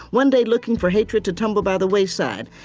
one day looking for hatred to tumble by the wayside.